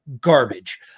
Garbage